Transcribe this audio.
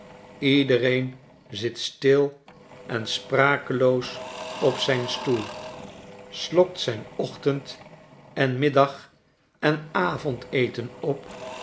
iedereen zit stil en sprakeloos op zijn stoel slokt zijn ochtend en middag en avondeten op